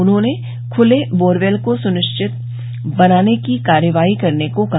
उन्होंने खुले बोरवेल को सुनिश्चित बनाने की कार्रवाई के लिये कहा